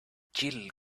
jill